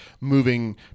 moving